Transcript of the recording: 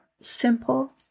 simple